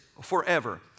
forever